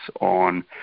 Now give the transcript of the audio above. on